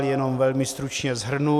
Jenom velmi stručně shrnu.